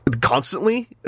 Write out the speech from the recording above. constantly